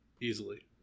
Easily